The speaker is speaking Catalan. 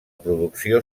producció